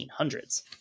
1800s